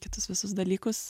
kitus visus dalykus